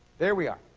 there we are.